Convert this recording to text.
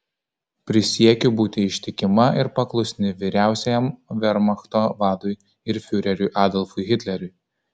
prisiekiu būti ištikima ir paklusni vyriausiajam vermachto vadui ir fiureriui adolfui hitleriui